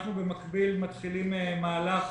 אנחנו במקביל מתחילים מהלך